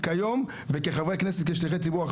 כיום וכחברי כנסת, כשליחי ציבור.